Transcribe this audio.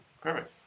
Perfect